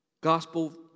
Gospel